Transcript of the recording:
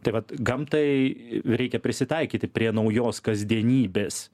tai vat gamtai reikia prisitaikyti prie naujos kasdienybės